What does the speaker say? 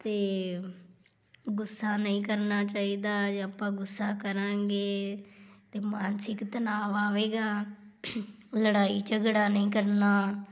ਅਤੇ ਗੁੱਸਾ ਨਹੀਂ ਕਰਨਾ ਚਾਹੀਦਾ ਜੇ ਆਪਾਂ ਗੁੱਸਾ ਕਰਾਂਗੇ ਤਾਂ ਮਾਨਸਿਕ ਤਨਾਅ ਆਵੇਗਾ ਲੜਾਈ ਝਗੜਾ ਨਹੀਂ ਕਰਨਾ